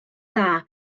dda